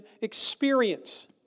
experience